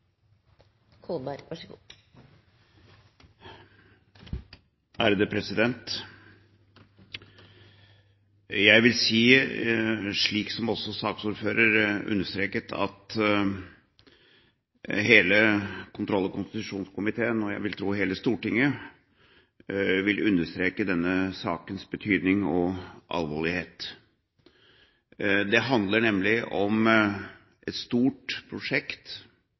konstitusjonskomiteen, og jeg vil tro hele Stortinget, vil understreke denne sakens betydning og alvorlighet. Det handler nemlig om et stort prosjekt.